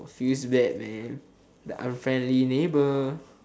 feels bad man that unfriendly neighbour